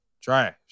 Trash